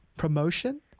promotion